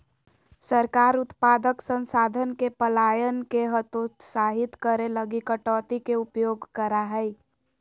सरकार उत्पादक संसाधन के पलायन के हतोत्साहित करे लगी कटौती के उपयोग करा हइ